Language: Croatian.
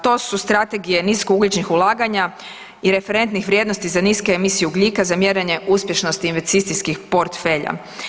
To su strategije niskougljičnih ulaganja i referentnih vrijednosti za niske emisije ugljika za mjerenje uspješnosti investicijskih portfelja.